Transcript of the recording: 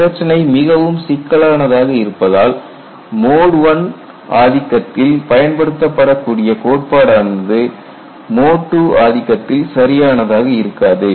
பிரச்சினை மிகவும் சிக்கலானதாக இருப்பதால் மோட் I ஆதிக்கத்தில் பயன்படுத்தப்படக் கூடிய கோட்பாடானது மோட் II ஆதிக்கத்தில் சரியானதாக இருக்காது